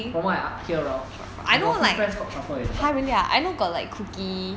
from what I hear lor I got a few friends called truffle as a dog